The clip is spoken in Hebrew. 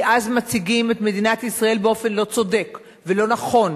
כי אז מציגים את מדינת ישראל באופן לא צודק ולא נכון,